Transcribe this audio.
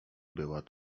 była